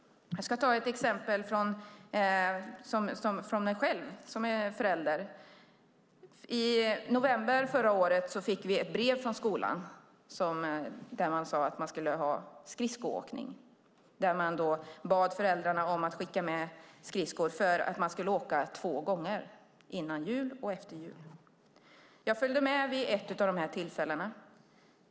Jag ska ta ett exempel från mig själv som förälder. I november förra året fick vi ett brev från skolan där man skulle ha skridskoåkning. Man bad föräldrarna om att skicka med skridskor. Man skulle åka två gånger - före jul och efter. Jag följde med vid ett av dessa tillfällen.